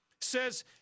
says